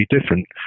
different